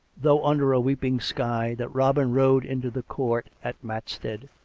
though under a weeping sky, that robin rode into the court at matstead.